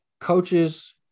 coaches